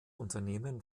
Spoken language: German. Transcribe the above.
unternehmen